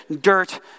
dirt